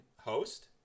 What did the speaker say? host